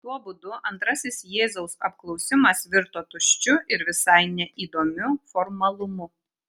tuo būdu antrasis jėzaus apklausimas virto tuščiu ir visai neįdomiu formalumu